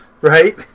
Right